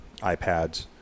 iPads